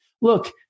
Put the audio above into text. Look